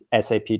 SAP